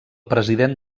president